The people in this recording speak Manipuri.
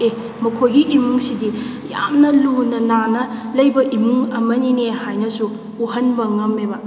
ꯑꯦ ꯃꯈꯣꯏꯒꯤ ꯏꯃꯨꯡꯁꯤꯗꯤ ꯌꯥꯝꯅ ꯂꯨꯅ ꯅꯥꯟꯅ ꯂꯩꯕ ꯏꯃꯨꯡ ꯑꯃꯅꯤꯅꯦ ꯍꯥꯏꯅꯁꯨ ꯎꯍꯟꯕ ꯉꯝꯃꯦꯕ